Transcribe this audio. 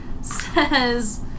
says